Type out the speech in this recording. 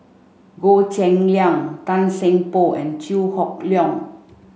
Goh Cheng Liang Tan Seng Poh and Chew Hock Leong